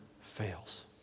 fails